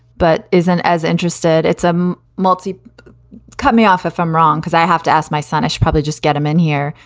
but isn't as interested. it's a multiple cut me off if i'm wrong because i have to ask my son. i should probably just get him in here.